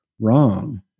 wrong